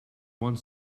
one